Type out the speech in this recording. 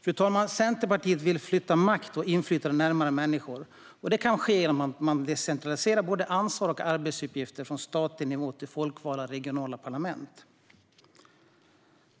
Fru talman! Centerpartiet vill flytta makt och inflytande närmare människor. Detta kan ske genom att man decentraliserar både ansvar och arbetsuppgifter från statlig nivå till folkvalda regionala parlament.